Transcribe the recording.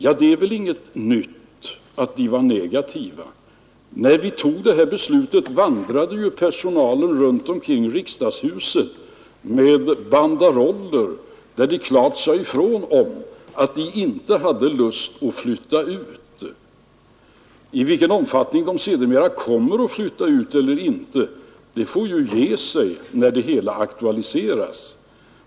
Ja, det är väl inget nytt att personalen var negativ. När vi fattade det här beslutet vandrade ju personalen runt omkring riksdagshuset med banderoller, där man klart sade ifrån att man inte hade lust att flytta ut. I vilken omfattning man sedermera kommer att flytta ut eller inte får ju ge sig när det hela aktualiseras.